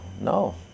no